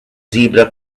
zebra